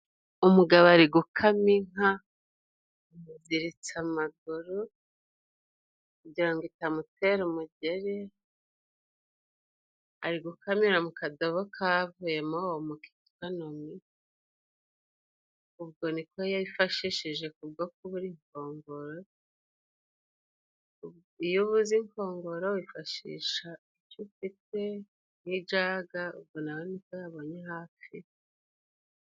Umugabo ari gukama inka iziritse amaguru kugirango itamutera umugeri, ari gukamira mu kadobo kavuyemo omo kitwa nomi, ubwo ni ko yifashishije kubwo kubura imkongoro, iyo ubuze inkongoro wifaishisha icyo ufite nk'ijaga ubwo na we ni ko yabonye hafi.